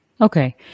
Okay